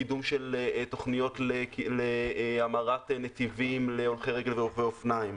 קידום של תוכניות להמרת נתיבים להולכי רגל ולרוכבי אופניים,